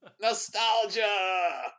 nostalgia